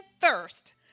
thirst